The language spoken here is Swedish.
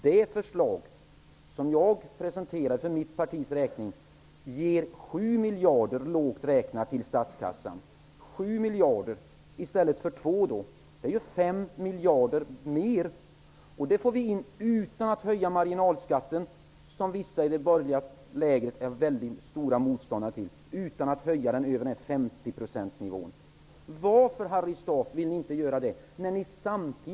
Det förslag som jag för mitt partis räkning presenterar ger lågt räknat 7 miljarder till statskassan. Det är 5 miljarder mer. Dessa pengar får vi in utan att höja marginalskatten över 50 procentsnivån, som vissa i det borgerliga lägret är stora motståndare till. Varför vill ni inte göra detta, Harry Staaf?